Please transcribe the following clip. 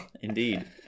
Indeed